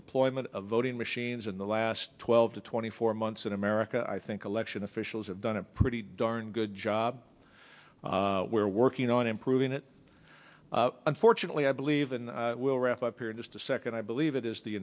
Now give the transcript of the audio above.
deployment of voting machines in the last twelve to twenty four months in america i think election officials have done a pretty darn good job we're working on improving it unfortunately i believe and we'll wrap up here in just a second i believe it is the